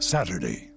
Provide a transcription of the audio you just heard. Saturday